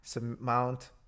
mount